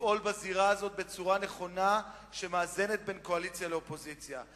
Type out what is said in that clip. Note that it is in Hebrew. לפעול בזירה הזאת בצורה נכונה שמאזנת בין קואליציה לאופוזיציה.